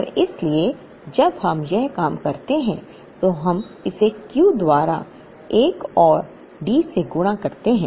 और इसलिए जब हम यह काम करते हैं तो हम इसे Q द्वारा एक और D से गुणा करते हैं